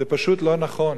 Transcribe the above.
זה פשוט לא נכון.